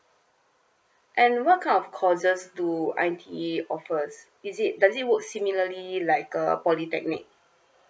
and what kind of courses to I_T_E offer is it does it work similarly like a polytechnic